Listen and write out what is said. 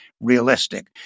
realistic